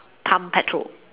pump petrol